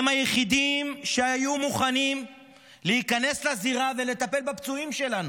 הם היחידים שהיו מוכנים להיכנס לזירה ולטפל בפצועים שלנו.